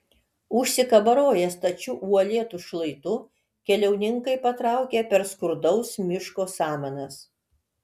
užsikabaroję stačiu uolėtu šlaitu keliauninkai patraukė per skurdaus miško samanas